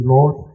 Lord